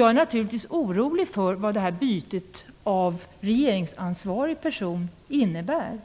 Jag är naturligtvis orolig för vad bytet av ansvarigt statsråd i regeringen innebär.